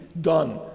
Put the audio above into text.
done